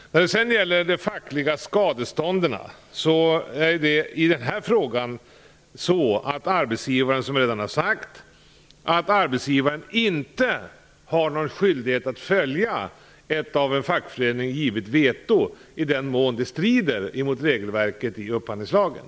När det sedan gäller de fackliga skadestånden, är det så att arbetsgivaren, som jag redan har sagt, inte har någon skyldighet att följa ett av en fackförening givet veto, i den mån det strider mot regelverket i upphandlingslagen.